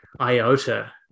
iota